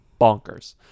bonkers